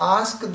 ask